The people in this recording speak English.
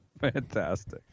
Fantastic